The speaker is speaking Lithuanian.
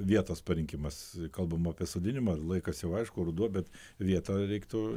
vietos parinkimas kalbam apie sodinimą laikas jau aišku ruduo bet vietą reiktų